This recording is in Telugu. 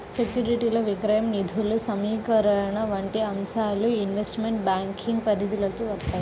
సెక్యూరిటీల విక్రయం, నిధుల సమీకరణ వంటి అంశాలు ఇన్వెస్ట్మెంట్ బ్యాంకింగ్ పరిధిలోకి వత్తాయి